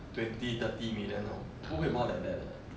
twenty thirty million 那种不会 more than that 的